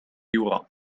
يرام